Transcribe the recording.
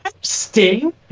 Sting